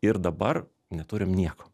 ir dabar neturim nieko